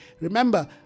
Remember